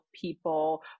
people